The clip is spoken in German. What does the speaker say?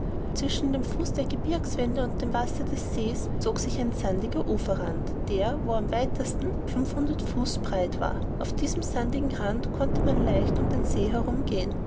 zwischen dem fuß der gebirgswände und dem wasser des sees zog sich ein sandiger uferrand der wo am weitesten fünfhundert fuß breit war auf diesem sandigen rand konnte man leicht um den see herum